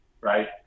right